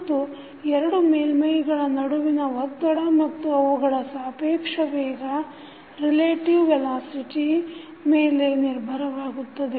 ಮತ್ತು ಎರಡು ಮೇಲ್ಮೈಗಳ ನಡುವಿನ ಒತ್ತಡ ಮತ್ತು ಅವುಗಳ ಸಾಪೇಕ್ಷ ವೇಗ ಗಳ ಮೇಲೆ ನಿರ್ಭರವಾಗುತ್ತವೆ